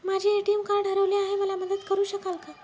माझे ATM card हरवले आहे, मला मदत करु शकाल का?